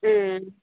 ꯎꯝ